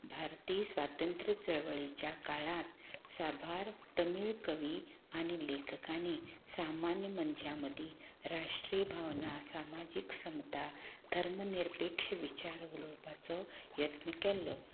भारतीय स्वातंत्र्य चळवळीच्या काळांत साबार तमीळ कवी आनी लेखकांनी सामान्य मनशां मदीं राष्ट्रीय भावना वा सामाजीक समता धर्मनिरपेक्ष विचार उलोवपाचो यत्न केल्लो